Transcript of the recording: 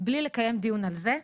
בלי לקיים דיון על זה,